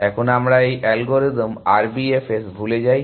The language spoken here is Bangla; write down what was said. এখন আমরা এই অ্যালগরিদম RBFS ভুলে যাই